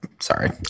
sorry